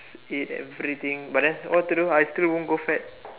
eat everything but then what to do I still wouldn't grow fat